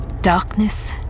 darkness